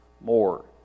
more